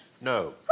No